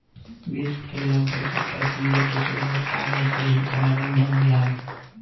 विश्व के लगभग सब प्रक्रिया के शुरूआत कागज से ही प्रारम्भ होलय हल